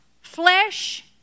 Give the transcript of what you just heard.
flesh